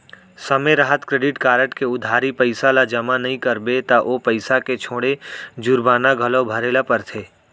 समे रहत credit card के उधारी पइसा ल जमा नइ करबे त ओ पइसा के छोड़े जुरबाना घलौ भरे ल परथे